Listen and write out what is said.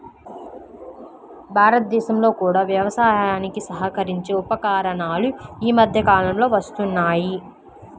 భారతదేశంలో కూడా వ్యవసాయానికి సహకరించే ఉపకరణాలు ఈ మధ్య కాలంలో వస్తున్నాయి